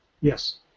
Yes